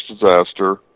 disaster